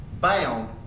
bound